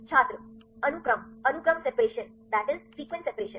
छात्र अनुक्रम अनुक्रम सेपरेशन